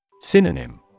Synonym